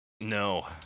No